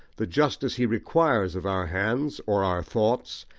the justice he requires of our hands, or our thoughts,